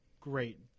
great